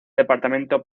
departamento